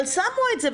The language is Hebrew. אבל שמו את זה,